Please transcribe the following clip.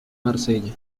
marsella